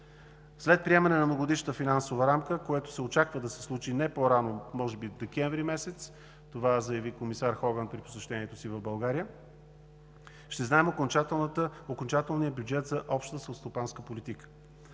След приемане на многогодишната финансова рамка, което се очаква да се случи не по-рано от месец декември – това заяви комисар Хоган при посещението си в България, ще знаем окончателния бюджет за Обща селскостопанска политика.